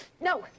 no